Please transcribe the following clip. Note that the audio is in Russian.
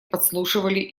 подслушивали